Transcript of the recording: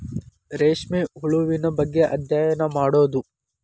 ರೇಶ್ಮೆ ಹುಳುವಿನ ಬಗ್ಗೆ ಅದ್ಯಯನಾ ಮಾಡುದು